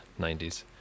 90s